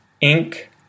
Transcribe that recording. ink